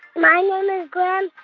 my name is graham,